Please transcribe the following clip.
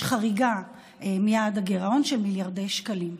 יש חריגה מיעד הגירעון של מיליארדי שקלים.